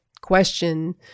question